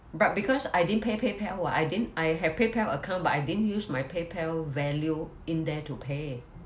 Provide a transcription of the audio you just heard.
but because I didn't pay paypal [what] I didn't I have paypal account but I didn't use my paypal value in there to pay